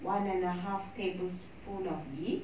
one and a half tablespoon of ghee